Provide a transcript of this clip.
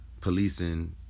policing